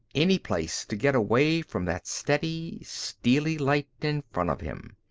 any place to get away from that steady, steely light in front of him.